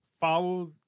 follow